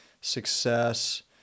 success